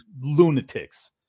lunatics